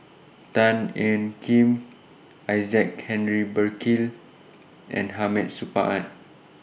Tan Ean Kiam Isaac Henry Burkill and Hamid Supaat